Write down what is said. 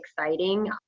exciting